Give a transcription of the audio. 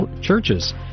churches